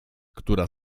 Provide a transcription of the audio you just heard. która